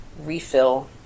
refill